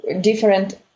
different